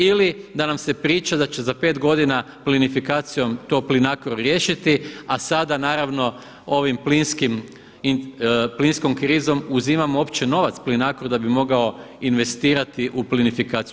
Ili da nam se priča da će za 5 godina plinifikacijom to Plinacro riješiti a sada naravno ovom plinskom krizom uzimamo uopće novac Plinacro-u da bi mogao investirati u plinifikaciju.